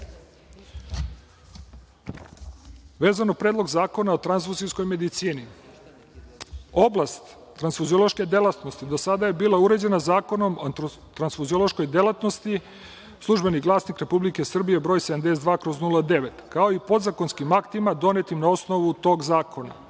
EU.Predlog zakona o tranfuzijskoj medicini. Oblast tranfuziološke delatnosti do sada je bila urađena Zakonom o tranfuziološkoj delatnosti „Službeni glasnik Republike Srbije“ broj 72/09, kao i podzakonskim aktima donetim na osnovu tog zakona. Ovaj